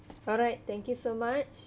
alright thank you so much